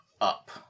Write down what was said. up